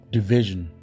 Division